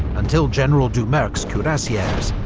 until general doumerc's cuirassiers,